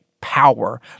power